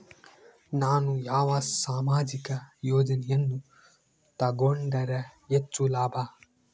ನಾನು ಯಾವ ಸಾಮಾಜಿಕ ಯೋಜನೆಯನ್ನು ತಗೊಂಡರ ಹೆಚ್ಚು ಲಾಭ?